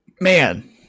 Man